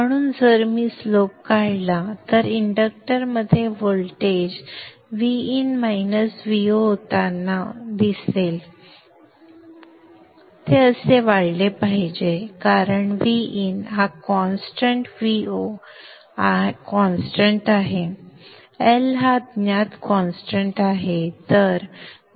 म्हणून जर मी हा स्लोप काढला तर इंडक्टरमध्ये व्होल्टेज Vin - Vo असताना ते असे वाढले पाहिजे कारण Vin हा कॉन्स्टंट Vo हा कॉन्स्टंट आहे L हा ज्ञात कॉन्स्टंट आहे